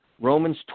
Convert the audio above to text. Romans